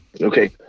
Okay